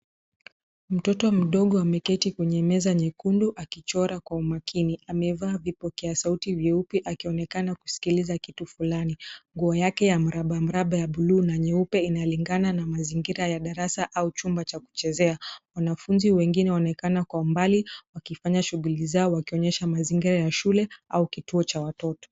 Mtoto mdogo ameketi kwenye meza nyekundu akichora kwa umakini. Amevaa vipokea sauti vyeupe akionekana kusikiliza kitu fulani. Nguo yake ya mraba mraba ya buluu na nyeupe inalingana na mazingira ya darasa au chumba cha kuchezea. Wanafunzi wengine wanaonekana kwa umbali, wakifanya shughuli zao wakionyesha mazingira ya shule au kituo cha watoto.